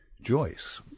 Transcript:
Joyce